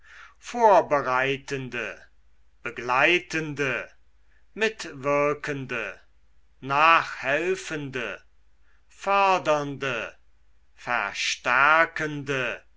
vorbereitende begleitende mitwirkende nachhelfende fördernde